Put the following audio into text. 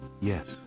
Yes